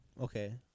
Okay